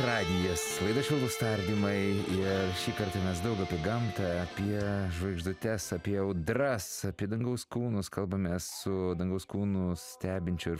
radijas laida švelnūs tardymai ir šį kartą mes daug apie gamtą apie žvaigždutes apie audras apie dangaus kūnus kalbamės su dangaus kūnus stebinčiu ir